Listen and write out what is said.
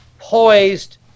poised